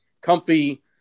comfy